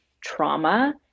trauma